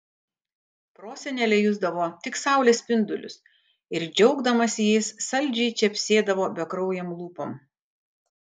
prosenelė jusdavo tik saulės spindulius ir džiaugdamasi jais saldžiai čepsėdavo bekraujėm lūpom